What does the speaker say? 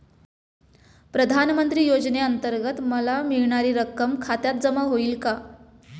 प्रधानमंत्री योजनेअंतर्गत मला मिळणारी रक्कम खात्यात जमा होईल का?